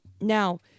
Now